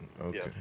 Okay